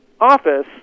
office